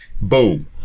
Boom